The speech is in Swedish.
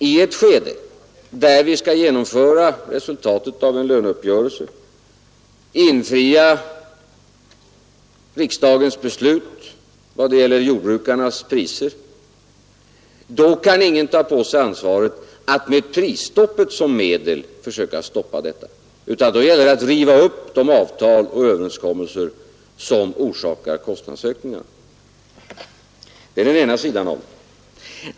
I ett skede där vi skall genomföra resultatet av en löneuppgörelse och infria riksdagens beslut beträffande jordbrukspriserna kan följaktligen ingen ta på sig ansvaret för att detta motverkas genom ett prisstopp, eftersom det i så fall blir fråga om att riva upp de avtal och överenskommelser som orsakar kostnadsökningarna. Det är den ena sidan.